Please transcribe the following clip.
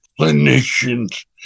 clinicians